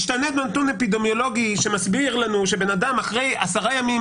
משתנה נתון אפידמיולוגי שמסביר לנו שבן אדם אחרי עשרה ימים